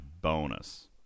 bonus